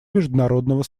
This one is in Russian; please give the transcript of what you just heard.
международного